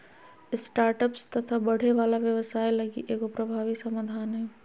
startups तथा बढ़े वाला व्यवसाय लगी एगो प्रभावी समाधान हइ